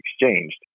exchanged